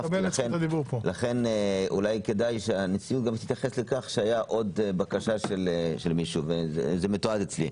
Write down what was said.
לכן אולי כדאי שהנשיאות תתייחס לכך שהיתה עוד בקשה וזה מתועד אצלי.